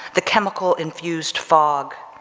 the chemical infused fog,